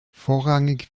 vorrangig